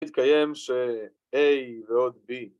‫התקיים ש-A ועוד B.